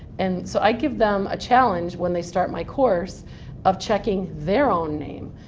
and so i give them a challenge when they start my course of checking their own name.